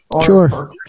Sure